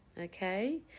okay